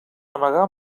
amagar